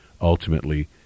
ultimately